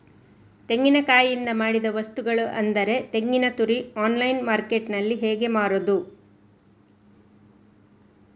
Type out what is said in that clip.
ತೆಂಗಿನಕಾಯಿಯಿಂದ ಮಾಡಿದ ವಸ್ತುಗಳು ಅಂದರೆ ತೆಂಗಿನತುರಿ ಆನ್ಲೈನ್ ಮಾರ್ಕೆಟ್ಟಿನಲ್ಲಿ ಹೇಗೆ ಮಾರುದು?